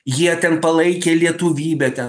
jie ten palaikė lietuvybę ten